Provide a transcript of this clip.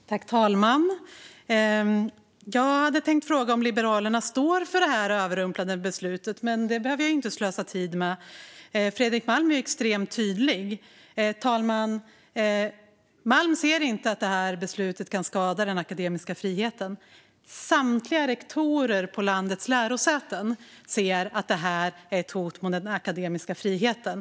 Fru talman! Jag hade tänkt fråga om Liberalerna står för detta överrumplande beslut, men det behöver jag inte slösa tid på - Fredrik Malm är extremt tydlig. Fru talman! Malm ser inte att detta beslut kan skada den akademiska friheten. Rektorerna på landets samtliga lärosäten ser att detta är ett hot mot den akademiska friheten.